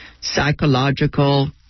psychological